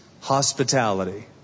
hospitality